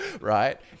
right